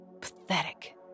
Pathetic